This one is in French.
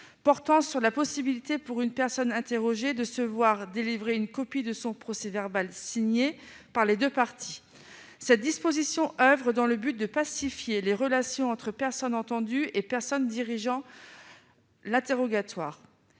portant sur la possibilité pour une personne interrogée de se voir délivrer une copie de son procès-verbal signé par les deux parties. Le but serait de pacifier les relations entre personnes entendues et personnes dirigeant l'interrogatoire.